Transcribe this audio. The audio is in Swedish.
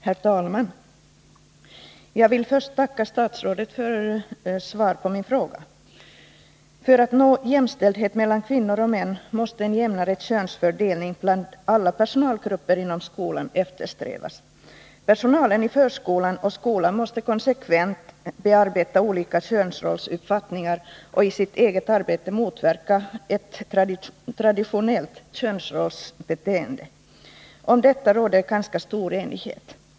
Herr talman! Jag vill först tacka statsrådet för svaret på min fråga. För att vi skall nå jämställdhet mellan kvinnor och män måste en jämnare könsfördelning bland alla personalgrupper inom skolan eftersträvas. Personalen i förskolan och skolan måste konsekvent bearbeta olika könsrollsuppfattningar och i sitt eget arbete motverka ett traditionellt könsrollsbeteende. Om detta råder ganska stor enighet.